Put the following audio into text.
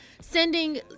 sending